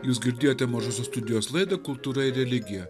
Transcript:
jūs girdėjote mažosios studijos laidą kultūra ir religija